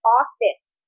office